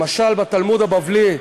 למשל בתלמוד הבבלי,